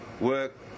work